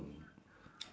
okay